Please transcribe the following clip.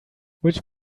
which